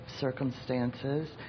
circumstances